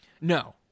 No